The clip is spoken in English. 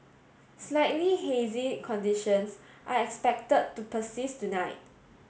slightly hazy conditions are expected to persist tonight